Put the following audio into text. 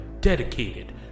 dedicated